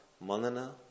Manana